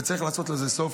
וצריך לעשות לזה סוף.